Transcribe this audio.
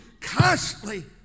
constantly